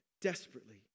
desperately